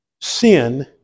sin